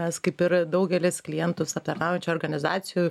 mes kaip ir daugelis klientus aptarnaujančių organizacijų